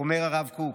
אומר הרב קוק,